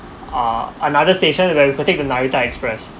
uh another station where we could take the narita express